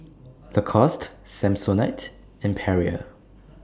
Lacoste Samsonite and Perrier